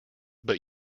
but